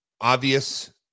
obvious